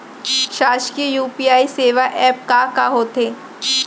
शासकीय यू.पी.आई सेवा एप का का होथे?